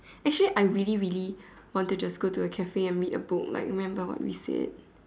actually I really really want to just go to a cafe and read a book like remember what we said